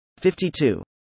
52